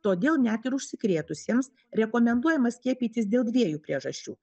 todėl net ir užsikrėtusiems rekomenduojama skiepytis dėl dviejų priežasčių